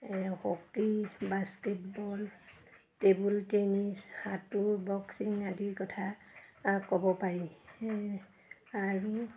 hockey basketball table tennis সাঁতোৰ boxing আদিৰ কথা ক'ব পাৰি আৰু